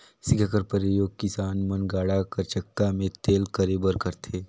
सिगहा कर परियोग किसान मन गाड़ा कर चक्का मे तेल करे बर करथे